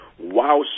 WOW